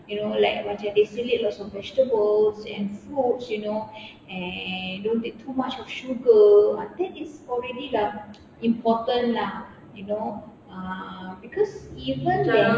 you know like macam they selit lots of vegetables and fruits you know and don't take too much of sugar ah that is already dah important lah you know because even then